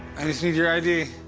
i just need your id.